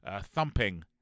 thumping